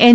N